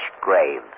grave